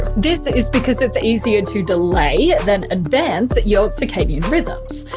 this is because it's easier to delay than advance your circadian rhythms.